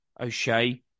O'Shea